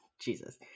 Jesus